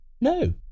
No